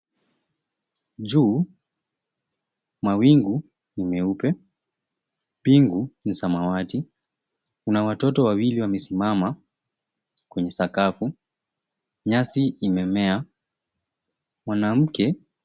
Juu mawingi ni meupe mbingu ni samawati kuna watoto wawili wamesimama kwenye sakafu nyasi imemea mwanamke